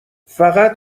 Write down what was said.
فقط